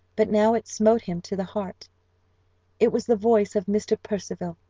but now it smote him to the heart it was the voice of mr. percival.